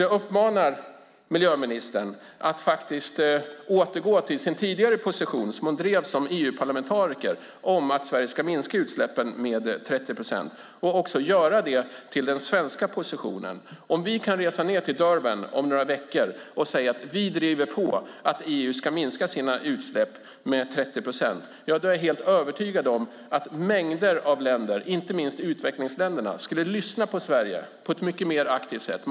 Jag uppmanar därför miljöministern att återgå till den position hon tidigare drev som EU-parlamentariker - att EU ska minska utsläppen med 30 procent - och också göra det till den svenska positionen. Om vi kan resa till Durban om några veckor och säga att vi driver på för att EU ska minska sina utsläpp med 30 procent är jag helt övertygad om att mängder av länder, inte minst utvecklingsländerna, skulle lyssna på Sverige på ett mycket mer aktivt sätt.